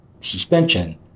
suspension